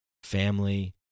family